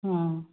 ꯑꯥ